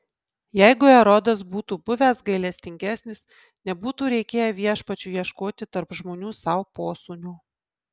jeigu erodas būtų buvęs gailestingesnis nebūtų reikėję viešpačiui ieškoti tarp žmonių sau posūnio